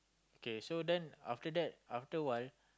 okay so then after that after while